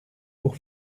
pour